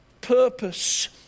purpose